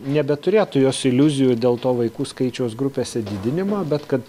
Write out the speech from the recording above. nebeturėtų jos iliuzijų dėl to vaikų skaičiaus grupėse didinimo bet kad